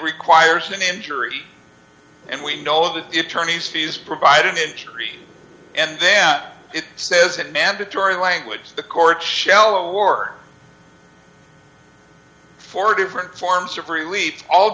requires an injury and we know that the attorney's fees provide an injury and then it says that mandatory language the court shallow war for different forms of free we all